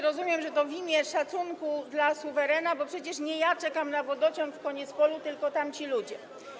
Rozumiem, że to w imię szacunku dla suwerena, bo przecież nie ja czekam na wodociąg w Koniecpolu, tylko tamci ludzie.